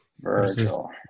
Virgil